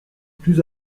plus